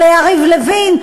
או ליריב לוין,